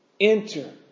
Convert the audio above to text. Enter